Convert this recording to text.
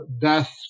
Death